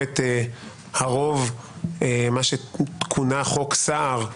מה שכונה חוק סער,